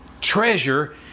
treasure